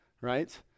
Right